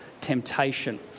temptation